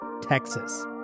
Texas